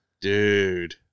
Dude